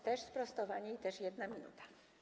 Też sprostowanie i też 1 minuta.